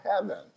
heaven